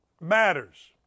matters